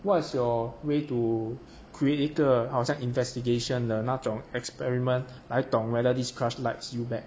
what's your way to create 一个好像 investigation 的那种 experiment 来懂 whether this crush likes you back